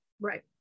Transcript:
Right